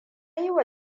yiwa